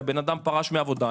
הבן אדם פרש מעבודה,